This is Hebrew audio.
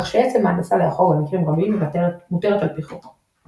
כך שעצם ההנדסה לאחור במקרים רבים מותרת על פי חוק.